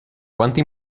quanta